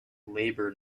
labor